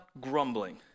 grumbling